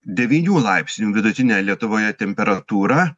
devynių laipsnių vidutinę lietuvoje temperatūrą